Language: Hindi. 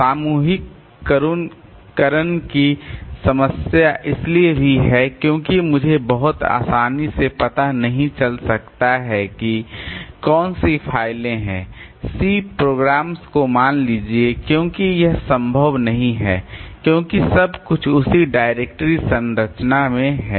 समूहीकरण की समस्या इसलिए भी है क्योंकि मुझे बहुत आसानी से पता नहीं चल सकता है कि कौन सी फाइलें हैं C प्रोग्राम्स को मान लीजिए क्योंकि यह संभव नहीं है क्योंकि सब कुछ उसी डायरेक्टरी संरचना में है